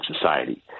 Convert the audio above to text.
society